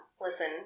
Listen